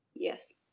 Yes